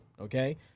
Okay